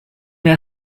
jij